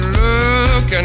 look